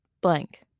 blank